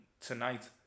tonight